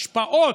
השפעות,